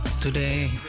today